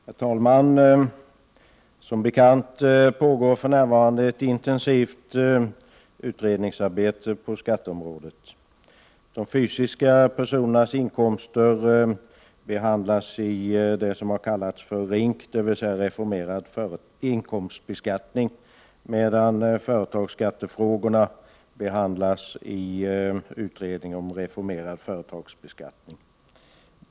Herr talman! Som bekant pågår för närvarande ett intensivt utredningsarbete på skatteområdet. De fysiska personernas inkomster behandlas i det som kallas Rink, reformerad inkomstbeskattning, medan företagsskattefrågorna behandlas i utredningen om reformerad företagsbeskattning.